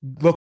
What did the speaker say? Look